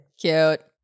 Cute